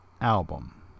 album